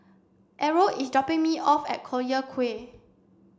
Errol is dropping me off at Collyer Quay